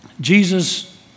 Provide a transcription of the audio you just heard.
Jesus